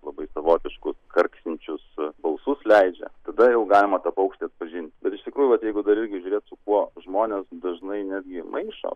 labai savotiškus karksinčius balsus leidžia tada jau galima tą paukštį atpažinti bet iš tikrųjų vat jeigu dar irgi žiūrėt su kuo žmonės dažnai netgi maišo